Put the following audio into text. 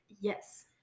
Yes